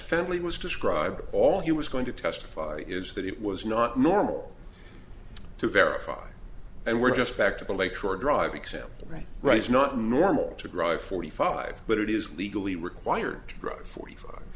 family was described all he was going to testify is that it was not normal to verify and we're just back to the lake shore drive example right right it's not normal to drive forty five but it is legally required to drive forty five